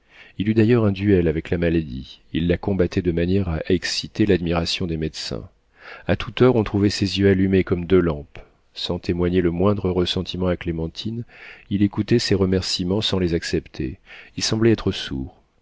il eut d'ailleurs un duel avec la maladie il la combattait de manière à exciter l'admiration des médecins a toute heure on trouvait ses yeux allumés comme deux lampes sans témoigner le moindre ressentiment à clémentine il écoutait ses remercîments sans les accepter il semblait être sourd